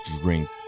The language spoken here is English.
drink